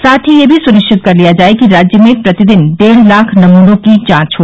साथ ही यह भी सुनिश्चित कर लिया जाये कि राज्य में प्रतिदिन डेढ़ लाख नमूनों की जांच हो